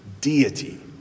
deity